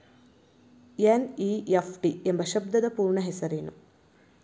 NEFT ಎಂಬ ಶಬ್ದದ ಪೂರ್ಣ ಹೆಸರೇನು?